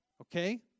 okay